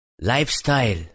lifestyle